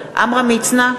עמרם מצנע,